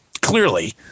clearly